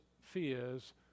fears